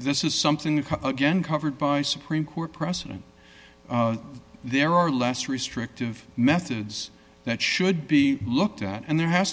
this is something that again covered by supreme court precedent there are less restrictive methods that should be looked at and there has